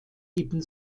ibn